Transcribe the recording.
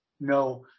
No